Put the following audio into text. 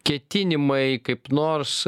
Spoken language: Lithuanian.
ketinimai kaip nors